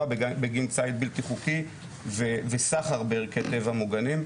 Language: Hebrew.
בגין ציד בלתי חוקי וסחר בערכי טבע מוגנים,